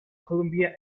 columbia